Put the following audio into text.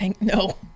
No